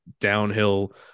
downhill